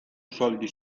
soldi